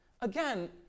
again